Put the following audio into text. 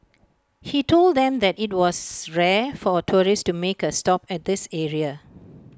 he told them that IT was rare for tourists to make A stop at this area